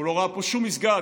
והוא לא ראה פה שום מסגד,